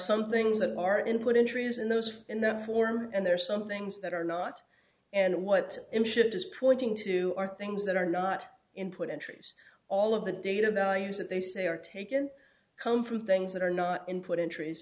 some things that are input injuries and those in the form and there are some things that are not and what in shift is pointing to are things that are not input entries all of the data values that they say are taken come from things that are not input in trees